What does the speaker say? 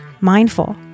mindful